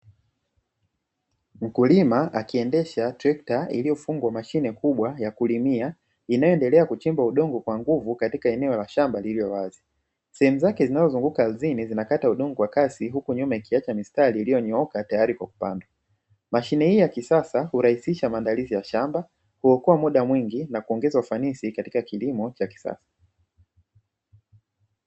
Mkulima akiendesha trekta kubwa iliyofungwa mashine kubwa ya kulimia, inayoendelea kuchimba udongo kwa nguvu katika eneo la shamba lililo wazi, sehemu zake zinazozunguka ardhini zinakata udongo kwa kasi, huku nyuma zikiacha mistari iliyonyooka tayari kwa kupandwa, mashine hii ya kisasa hurahisisha maandalizi ya shamba, huokoa muda mwingi na kuongeza ufanisi katika kilimo cha kisasa.